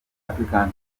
african